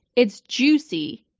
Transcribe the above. it's juicy.